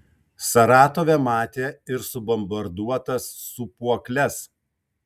saratove matė ir subombarduotas sūpuokles